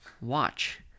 Watch